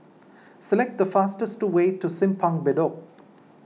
select the fastest way to Simpang Bedok